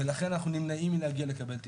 ולכן אנחנו נמנעים מלהגיע לקבל טיפול.